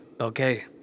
Okay